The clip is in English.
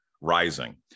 rising